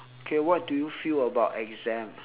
okay what do you feel about exam